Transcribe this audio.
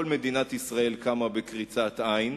כל מדינת ישראל קמה בקריצת עין,